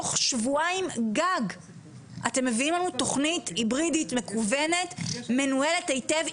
תוך שבועיים גג אתם מביאים לנו תוכנית היברידית מכוונת ומנוהלת היטב,